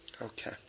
Okay